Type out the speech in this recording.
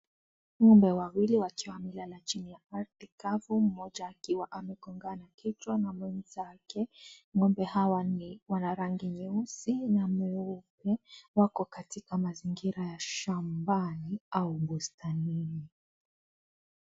Ng'ombe wawili, wakiwa wamelala chini ya ardhi kavu, mmoja akiwa amegongana kichwa na mwenzake. Ng'ombe hawa, wana rangi nyeusi na mweupe. Wako katika mazingira ya shambani au bustanini.